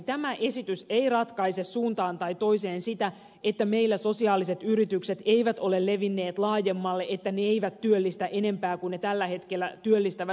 tämä esitys ei ratkaise suuntaan tai toiseen sitä että meillä sosiaaliset yritykset eivät ole levinneet laajemmalle että ne eivät työllistä enempää kuin ne tällä hetkellä työllistävät